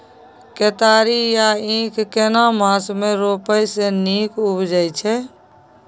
केतारी या ईख केना मास में रोपय से नीक उपजय छै?